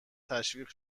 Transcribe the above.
تشویق